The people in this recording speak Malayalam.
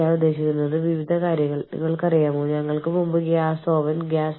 ഞാൻ ഉദ്ദേശിച്ചത് നമ്മളുടെ ജീവനക്കാരെ തിരിച്ചറിയാൻ നമ്മൾ തിരിച്ചറിയൽ നമ്പറുകൾ ഉപയോഗിക്കുന്നു